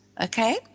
okay